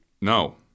No